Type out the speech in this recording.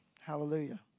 Hallelujah